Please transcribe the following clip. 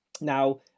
now